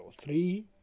Three